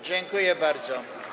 Dziękuję bardzo.